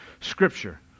Scripture